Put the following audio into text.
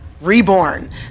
reborn